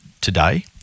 today